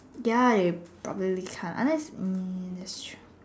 ya it probably can't unless um it's true